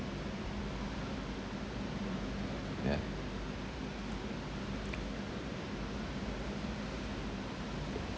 yeah